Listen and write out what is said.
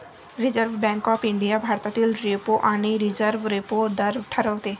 reserve Bank of India भारतातील repo आणि reverse repo दर ठरवते